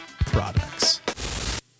products